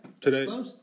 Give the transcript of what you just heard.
Today